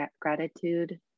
gratitude